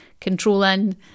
controlling